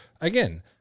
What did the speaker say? Again